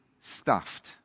stuffed